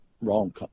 wrong